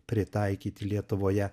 pritaikyt lietuvoje